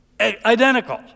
identical